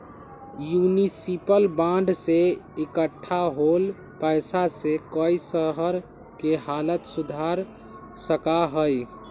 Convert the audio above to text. municipal bond से इक्कठा होल पैसा से कई शहर के हालत सुधर सका हई